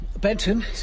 Benton